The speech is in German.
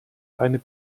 eine